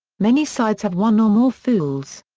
many sides have one or more fools.